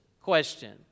question